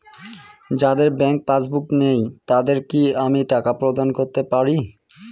যাদের bank passbook নেই তাদের কি আমি টাকা প্রদান করতে পারি?